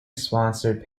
sponsored